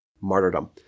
martyrdom